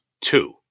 two